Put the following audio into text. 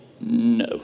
no